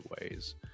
ways